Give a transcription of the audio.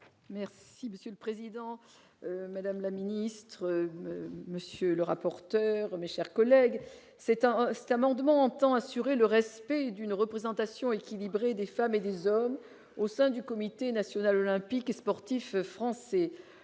Merci Monsieur le Président, Madame la ministre, monsieur le rapporteur, mais, chers collègues, c'est un amendement entend assurer le respect d'une représentation équilibrée des femmes et des hommes au sein du comité national olympique et sportif français,